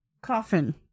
coffin